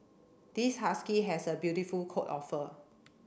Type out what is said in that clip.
this husky has a beautiful coat of fur